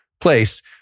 place